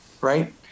right